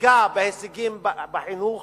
נסיגה בהישגים בחינוך